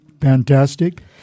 fantastic